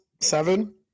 Seven